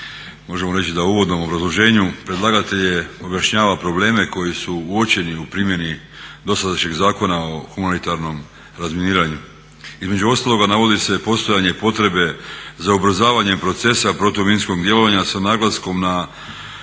uvodnom obrazloženju predlagatelj objašnjava probleme koji su uočeni u primjeni dosadašnjeg Zakona o humanitarnom razminiranju. Između ostalog navodi se i postojanje potrebe za ubrzavanjem procesa protuminskog djelovanja s naglaskom na